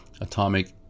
Atomic